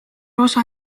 osa